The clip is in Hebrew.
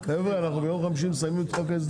נמשיך.